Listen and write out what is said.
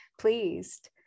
pleased